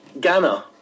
Ghana